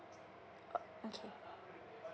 o~ okay